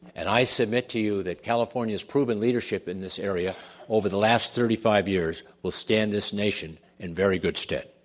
and i submit to you that california's proven leadership in this area over the last thirty five years, will stand this nation in very good stead.